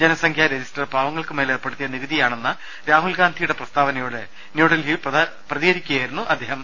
ജനസംഖ്യാ രജിസ്റ്റർ പാവങ്ങൾക്കു മേൽ ഏർപ്പെടുത്തിയ നികുതിയാണെന്ന രാഹുൽഗാന്ധിയുടെ പ്രസ്താവനയോട് ന്യൂഡൽഹിയിൽ പ്രതികരിക്കുകയാ യിരുന്നു അദ്ദേഹം